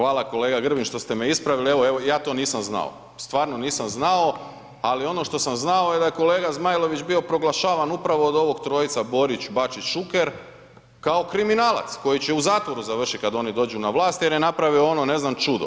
Hvala kolega Grbin što ste me ispravili, evo ja to nisam znao, stvarno nisam znao ali ono što sam znao je da je kolega Zmajlović bio proglašavan upravo od ovog trojca Borić, Bačić, Šuker kao kriminalac koji će u zatvoru završiti kada oni dođu na vlast jer je napravio ono, ne znam čudo.